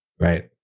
right